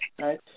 Right